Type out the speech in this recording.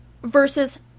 Versus